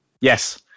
Yes